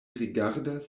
rigardas